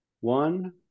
One